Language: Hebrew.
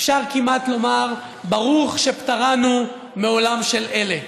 אפשר כמעט לומר "ברוך שפטרנו מעולם של אלה".